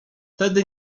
tedy